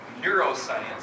neuroscience